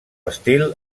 estil